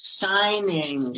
shining